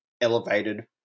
elevated